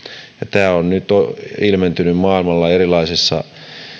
tämä on nyt ilmentynyt maailmalla erilaisissa